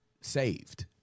saved